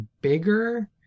bigger